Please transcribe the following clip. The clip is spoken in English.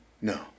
No